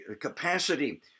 capacity